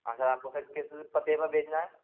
हाँ सर आपको फिर किस पते पर भेजना है